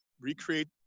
Recreate